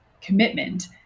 commitment